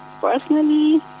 Personally